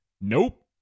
Nope